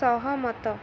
ସହମତ